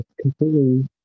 completely